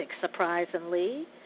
surprisingly